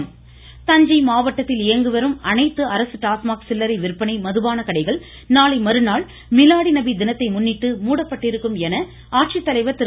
த்த்த்த இருவரி தஞ்சை மாவட்டத்தில் இயங்கிவரும் அனைத்து அரசு டாஸ்மாக் சில்லறை விற்பனை மதுபான கடைகள் நாளை மறுநாள் மிலாடி நபி தினத்தை முன்னிட்டு மூடப்பட்டிருக்கும் என்று ஆட்சித்தலைவர் திரு